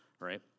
right